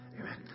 Amen